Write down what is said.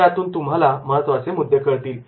त्यातून तुम्हाला महत्त्वाचे मुद्दे कळतील